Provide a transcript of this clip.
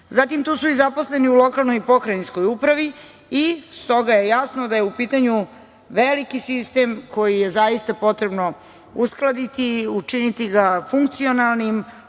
Zatim, tu su i zaposleni u lokalnoj i pokrajinskoj upravi i stoga je jasno da je u pitanju veliki sistem koji je zaista potrebno uskladiti, učiniti ga funkcionalnim,